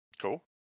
Cool